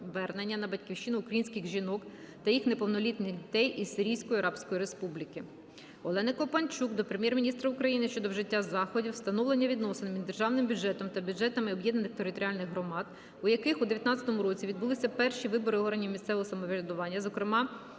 на Батьківщину українських жінок та їх неповнолітніх дітей із Сирійської Арабської Республіки. Олени Копанчук до Прем'єр-міністра України щодо вжиття заходів з встановлення відносин між державним бюджетом та бюджетами об'єднаних територіальних громад, у яких у 19-му році відбулись перші вибори органів місцевого самоврядування, зокрема,